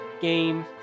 game